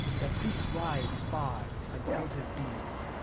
the priest rides by and tells his beads,